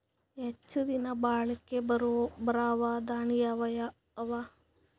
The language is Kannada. ಹೆಚ್ಚ ದಿನಾ ಬಾಳಿಕೆ ಬರಾವ ದಾಣಿಯಾವ ಅವಾ?